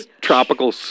tropical